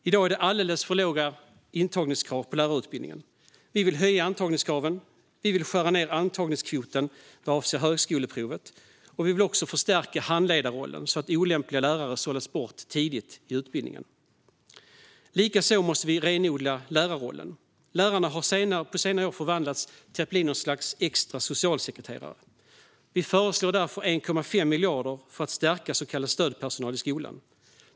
I dag är det alldeles för låga intagningskrav på lärarutbildningen. Vi vill höja antagningskraven och skära ned antagningskvoten vad avser högskoleprovet. Vi vill också förstärka handledarrollen, så att olämpliga lärare sållas bort tidigt i utbildningen. Likaså måste vi renodla lärarrollen. Lärarna har på senare år förvandlats till att bli något slags extra socialsekreterare. Vi föreslår därför 1,5 miljarder för att stärka så kallad stödpersonal i skolan.